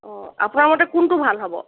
অঁ আপোনাৰ মতে কোনটো ভাল হ'ব